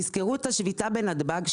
תזכרו את השביתה שהייתה בנתב"ג,